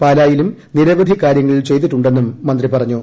പാലായിലും നിരവധി കാര്യങ്ങൾ ചെയ്തിട്ടുണ്ടെന്നും മുന്ത്രി പറഞ്ഞു